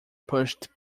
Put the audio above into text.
pushed